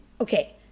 okay